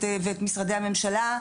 את משרדי הממשלה,